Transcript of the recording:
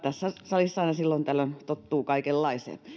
salissa aina silloin tällöin tottuu kaikenlaiseen